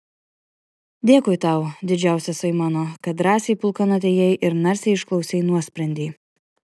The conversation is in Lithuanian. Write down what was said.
dėkui tau didžiausiasai mano kad drąsiai pulkan atėjai ir narsiai išklausei nuosprendį